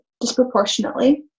disproportionately